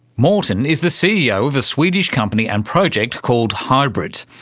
marten is the ceo of a swedish company and project called hybrit.